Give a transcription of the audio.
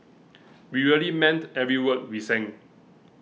we really meant every word we sang